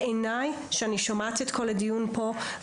אני שומעת את כל הדיון פה.